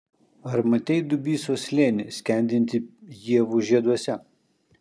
ar matei dubysos slėnį skendintį ievų žieduose